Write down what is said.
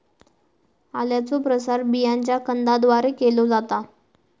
आल्याचो प्रसार बियांच्या कंदाद्वारे केलो जाता